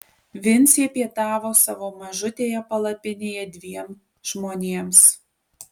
vincė pietavo savo mažutėje palapinėje dviem žmonėms